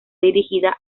dirigida